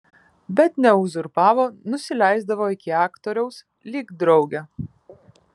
bet neuzurpavo nusileisdavo iki aktoriaus lyg draugė